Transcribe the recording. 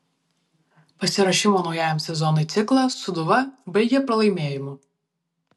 pasiruošimo naujajam sezonui ciklą sūduva baigė pralaimėjimu